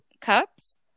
cups